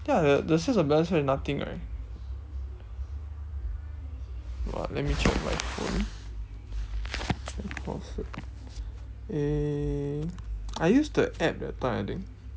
ya the the sales of balance here nothing right !wah! let me check my phone eh I used the app that time I think